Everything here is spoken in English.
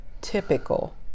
typical